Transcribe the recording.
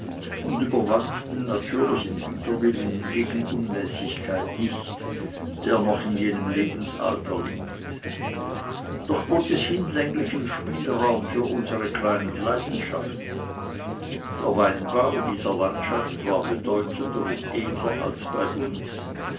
und überwand den natürlichen widerwillen gegen unmäßigkeit nicht der noch in jenem lebensalter liegt doch bot es hinlänglichen spielraum für unsere kleinen leidenschaften der weinbau dieser landschaft war bedeutender und edler als bei uns